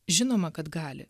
žinoma kad gali